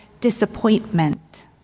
disappointment